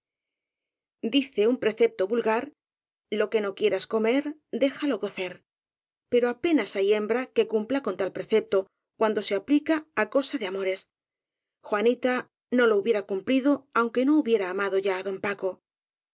dice un precepto vulgar lo que no quieras co mer déjalo cocer pero apenas hay hembra que cumpla con tal precepto cuando se aplica á cosa de amores juanita no lo hubiera cumplido aunque no hubiera amado ya á don paco